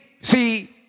see